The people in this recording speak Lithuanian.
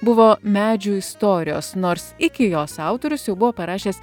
buvo medžių istorijos nors iki jos autorius jau buvo parašęs